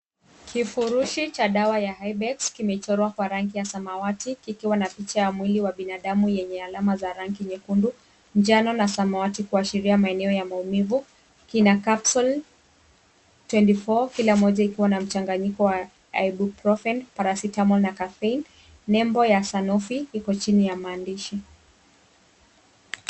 Kifurushi cha dawa ya Ibex kimechorwa kwa rangi ya samawati kikiwa na picha ya mwili wa binadamu yenye alama za rangi nyekundu, njano na samawati kuashiria maeneo ya maumivu. Kina capsule 24; kila moja ikiwa na mchanganyiko wa Ibuprofen , Paracetamol , na Caffeine . Nembo ya SANOFI iko chini ya maandishi.